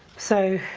so,